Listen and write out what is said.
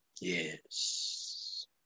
Yes